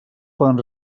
poden